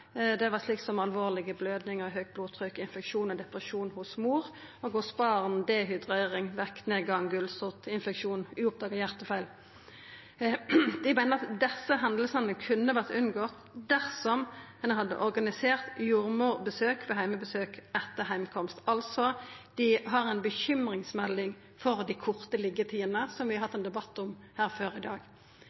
Det var slikt som alvorlege blødingar, høgt blodtrykk, infeksjonar og depresjon hos mor. Hos barn er det snakk om dehydrering, vektnedgang, gulsott, infeksjonar og uoppdaga hjartefeil. Dei meiner at desse hendingane kunne ha vore unngått dersom ein hadde organisert jordmor på heimebesøk etter heimkomst. Dei har altså ei bekymringsmelding for den korte liggjetida, som vi hadde ein debatt om her før i dag.